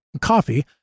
coffee